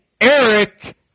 Eric